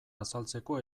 azaltzeko